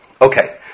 Okay